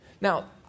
Now